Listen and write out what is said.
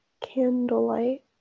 candlelight